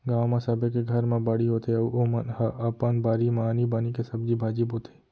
गाँव म सबे के घर म बाड़ी होथे अउ ओमन ह अपन बारी म आनी बानी के सब्जी भाजी बोथे